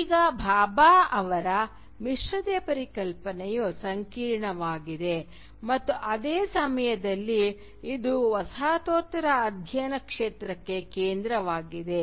ಈಗ ಭಾಭಾ ಅವರ ಮಿಶ್ರತೆ ಪರಿಕಲ್ಪನೆಯು ಸಂಕೀರ್ಣವಾಗಿದೆ ಮತ್ತು ಅದೇ ಸಮಯದಲ್ಲಿ ಇದು ವಸಾಹತೋತ್ತರ ಅಧ್ಯಯನ ಕ್ಷೇತ್ರಕ್ಕೆ ಕೇಂದ್ರವಾಗಿದೆ